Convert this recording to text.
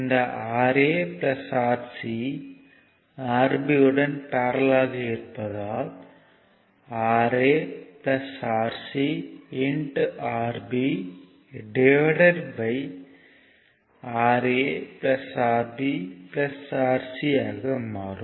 இந்த Ra Rc Rb யுடன் parallel ஆக இருப்பதால் Ra Rc RbRa Rb Rc ஆக மாறும்